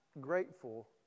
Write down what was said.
grateful